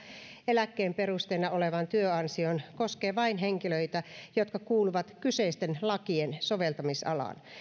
eläkkeen perusteena olevaan työansioon koskee vain henkilöitä jotka kuuluvat kyseisten lakien soveltamisalaan